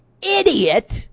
idiot